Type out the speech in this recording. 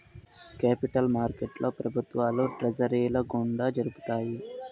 capital మార్కెట్లో ప్రభుత్వాలు ట్రెజరీల గుండా జరుపుతాయి